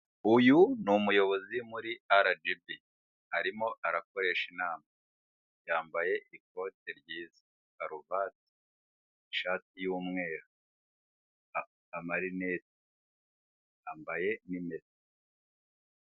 Uyu numuyobozi muri RGB arimo arakoresha inama, yambaye ikote ryiza, karuvati, ishati y'umweru, amarinete yambaye nimero.